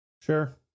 Sure